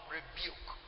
Rebuke